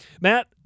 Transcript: Matt